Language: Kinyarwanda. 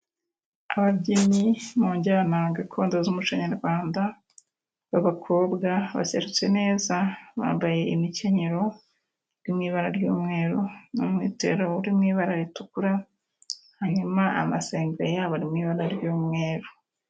Ababyinnyi mu njyana gakondo z'umuco nyarwanda b'abakobwa baserutse neza, bambaye imikenyero iri mu ibara ry'umweru n'umwitero uri mu ibara ritukura, hanyuma amasengeri yabo arimo ibara ry'umweru.